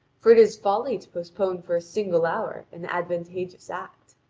for it is folly to postpone for a single hour an advantageous act.